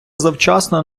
завчасно